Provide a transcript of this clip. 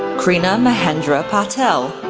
krina mahendra patel,